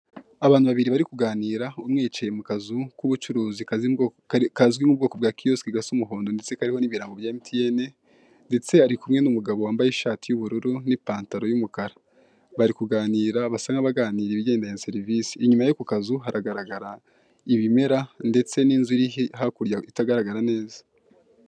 Abantu babiri bari kuganira umwe yicaye mu kazu k'ubucuruzi kazwi mu bwoko bwa kiyosike gasa umuhondo ndetse kariho ibirango bya emutiyene. Ndetse ari kumwe n'umugabo wambaye ishati yubururu n'ipantaro y'umukara, bari kuganira basa nkabaganira ibigendanye na serivise. Inyuma ye ku kazu haragaragara ibimera ndetse n'inzu iri hakurya itagaragara neza.